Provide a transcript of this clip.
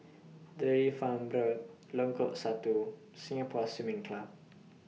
Dairy Farm Road Lengkok Satu Singapore Swimming Club